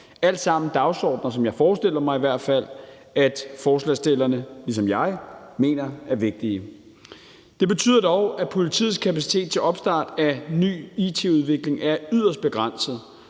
alt sammen dagsordener, som jeg i hvert fald forestiller mig forslagsstillerne ligesom jeg mener er vigtige. Det betyder dog, at politiets kapacitet til opstart af ny it-udvikling er yderst begrænset,